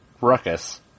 ruckus